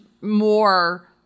more